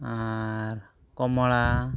ᱟᱨ ᱠᱚᱢᱚᱲᱟ